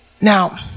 now